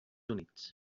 units